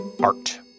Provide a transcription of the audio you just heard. art